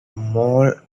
mall